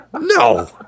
no